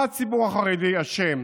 מה הציבור החרדי אשם